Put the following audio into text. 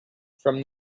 from